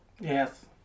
Yes